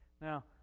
Now